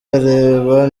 areba